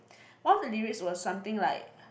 one of the lyrics was something like